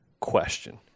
question